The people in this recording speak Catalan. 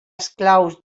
esclaus